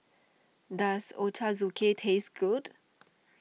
does Ochazuke taste good